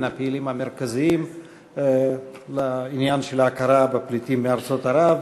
מן הפעילים המרכזיים בעניין ההכרה בפליטים מארצות ערב.